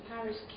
Paris